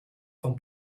vom